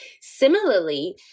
Similarly